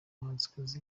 muhanzikazi